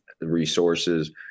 resources